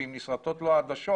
ואם נשרטות לו העדשות,